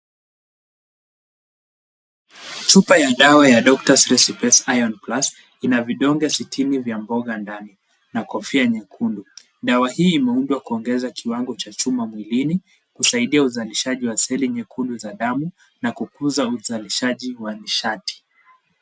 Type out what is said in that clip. Chupa ya dawa ya Doctor's Recipes Iron plus, ina vidonge sitini vya mboga ndani na kofia nyekundu. Dawa hii imeundwa kuongeza kiwango cha chuma mwilini, husaidia uzalishaji wa seli nyekundu za damu na kukuza uzalishaji wa nishati.